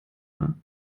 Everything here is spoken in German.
war